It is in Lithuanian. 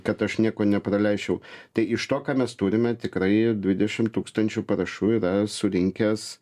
kad aš nieko nepraleisčiau tai iš to ką mes turime tikrai dvidešimt tūkstančių parašų yra surinkęs